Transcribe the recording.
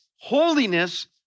holiness